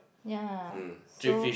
ya so